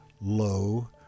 low